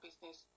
business